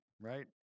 right